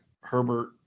Herbert